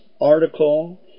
article